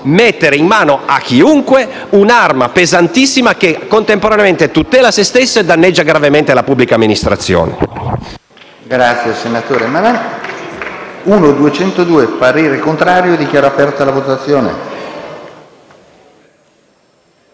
mettere in mano a chiunque un'arma pesantissima che, contemporaneamente, tutela se stessi e danneggia gravemente la pubblica amministrazione.